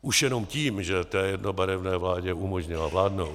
Už jenom tím, že té jednobarevné vládě umožnila vládnout.